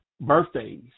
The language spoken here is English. birthdays